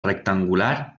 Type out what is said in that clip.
rectangular